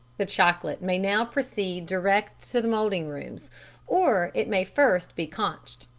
the chocolate may now proceed direct to the moulding rooms or it may first be conched.